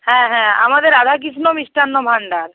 হ্যাঁ হ্যাঁ আমাদের রাধাকৃষ্ণ মিষ্টান্ন ভাণ্ডার